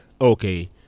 Okay